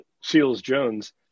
Seals-Jones